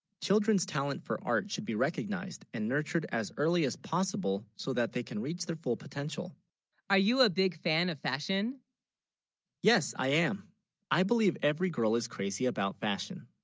children's talent for art should be recognized and nurtured as early as possible so that they can reach their full potential are you a big fan of fashion yes i am i believe every girl is crazy about fashion